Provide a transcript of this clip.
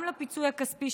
גם לפיצוי הכספי,